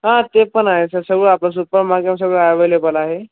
हां ते पण आहे सर सगळं आपलं सुप्पर मार्केटमध्ये सगळं ॲवेलेबल आहे